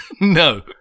No